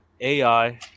AI